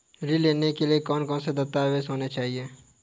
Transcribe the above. ऋण लेने के लिए कौन कौन से दस्तावेज होने चाहिए?